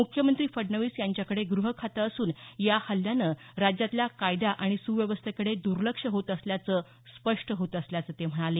मुख्यमंत्री फडणवीस यांच्याकडे ग्रह खाते असून या हल्ल्यानं राज्यातल्या कायदा आणि सुव्यवस्थेकडे दुर्लक्ष होत असल्याचं स्पष्ट होत असल्याचं ते म्हणाले